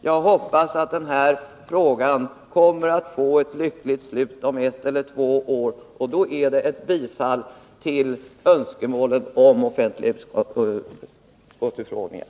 Jag hoppas att den här frågan kommer att få ett lyckligt slut om ett eller två år. Då är det ett bifall till önskemålen om offentliga utskottsutfrågningar.